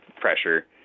pressure